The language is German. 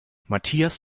matthias